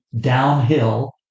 downhill